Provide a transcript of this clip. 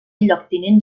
lloctinent